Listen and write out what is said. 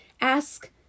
ask